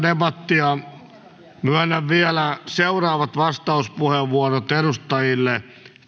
debattia myönnän vielä vastauspuheenvuorot seuraaville edustajille